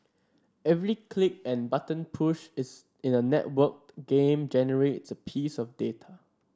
every click and button push is in a networked game generates a piece of data